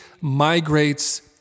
migrates